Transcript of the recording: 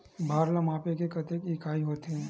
भार ला मापे के कतेक इकाई होथे?